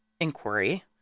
inquiry